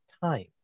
time